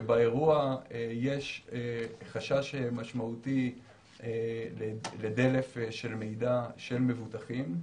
שבאירוע יש חשש משמעותי לדלף של מידע של מבוטחים.